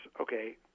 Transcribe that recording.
okay